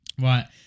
Right